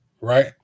Right